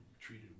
treated